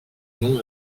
nom